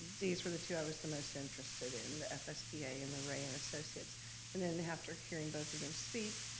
these were the two i was the most interested in, the fsba and the ray and associates and then after hearing both of them speak,